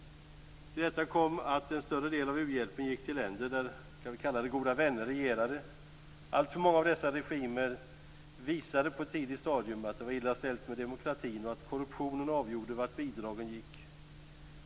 Till detta kom att en större del av u-hjälpen gick till länder där goda vänner regerade. Alltför många av dessa regimer visade på ett tidigt stadium att det var illa ställt med demokratin och att korruptionen avgjorde vart bidragen gick.